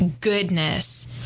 goodness